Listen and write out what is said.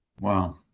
Wow